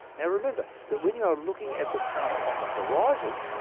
yeah remember that when you are looking at the sun on the horizon,